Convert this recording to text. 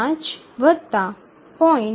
5 0